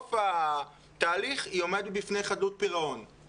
ובסוף התהליך היא עומדת בפני חדות פירעון.